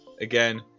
Again